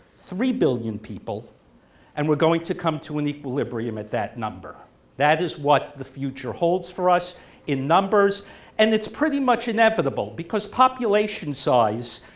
three billion people and we're going to come to an equilibrium at that number that is what the future holds for us in numbers and it's pretty much inevitable because population size